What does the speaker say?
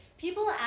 people